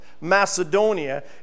Macedonia